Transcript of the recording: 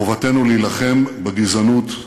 חובתנו להילחם בגזענות,